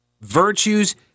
Virtues